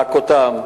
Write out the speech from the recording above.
להכותם.